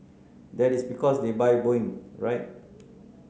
that is because they buy Boeing right